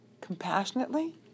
compassionately